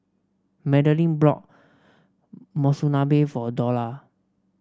Madelene brought Monsunabe for Dorla